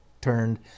turned